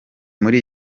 muri